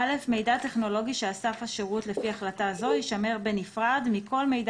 רז, אני מציעה שההחלטה תיכנס לתוקפה ב-1 באפריל.